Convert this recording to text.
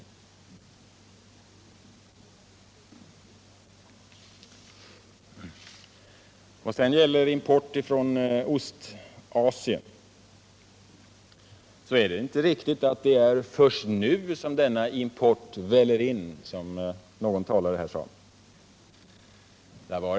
— Nr 49 Vad sedan gäller frågan om import från Ostasien är det inte riktigt Tisdagen den att det är först nu som denna import blivit kraftig svällande, som någon 13 december 1977 talare sade.